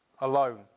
alone